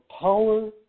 power